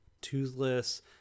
Toothless